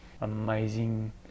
amazing